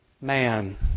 man